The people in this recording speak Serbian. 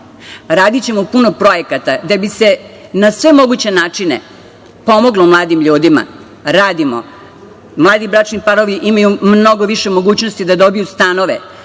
nivou. Radićemo puno projekata da bi se na sve moguće načine pomoglo mladim ljudima, radimo. Mladi bračni parovi imaju mnogo više mogućnosti da dobiju stanove.